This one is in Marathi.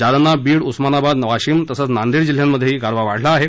जालना बीड उस्मानाबाद वाशिम तसंच नांदेड जिल्ह्यांमधे गारवा वाढलाय